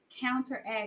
counteract